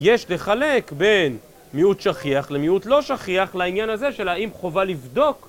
יש לחלק בין מיעוט שכיח למיעוט לא שכיח לעניין הזה של האם חובה לבדוק